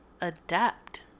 adapt